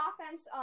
offense